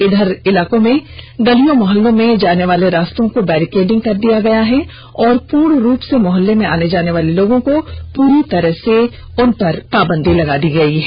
कई इलाको में गलियों मुहल्लों में जाने वाले रास्तों को बैरिकेडिंग कर दिया गया है और पूर्ण रूप से मोहल्ले में आने जाने वाले लोगोँ पर पूरी तरह से पाबंदी लगा दी गई है